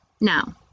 Now